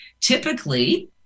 Typically